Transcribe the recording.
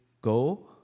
go